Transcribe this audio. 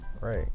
Right